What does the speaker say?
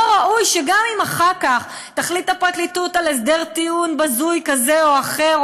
לא ראוי שגם אם אחר כך תחליט הפרקליטות על הסדר טיעון בזוי כזה או אחר,